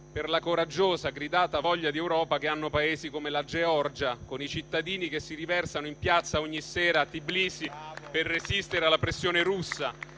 per la coraggiosa, gridata voglia di Europa che hanno Paesi come la Georgia, con i cittadini che si riversano in piazza ogni sera a Tbilisi per resistere alla pressione russa